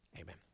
amen